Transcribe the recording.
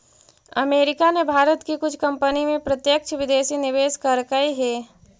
America ने भारत की कुछ कंपनी में प्रत्यक्ष विदेशी निवेश करकई हे